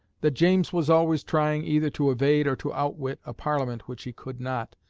that james was always trying either to evade or to outwit a parliament which he could not,